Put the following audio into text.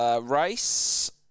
race